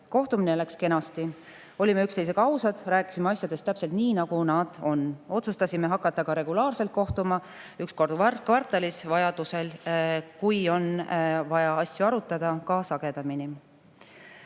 Kohtumine läks kenasti, olime üksteisega ausad, rääkisime asjadest täpselt nii, nagu nad on. Otsustasime hakata regulaarselt kohtuma üks kord kvartalis, vajaduse korral, kui on vaja asju arutada, ka sagedamini.